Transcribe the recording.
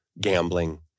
gambling